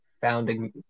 Founding